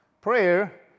Prayer